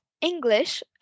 English